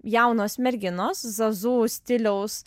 jaunos merginos zazu stiliaus